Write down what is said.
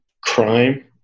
crime